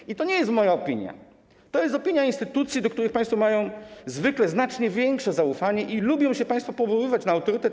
I to nie jest moja opinia, to jest opinia instytucji, do których państwo mają zwykle znacznie większe zaufanie i lubią się państwo powoływać na ich autorytet.